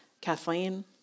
Kathleen